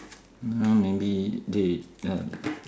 mm maybe they uh